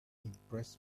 impressed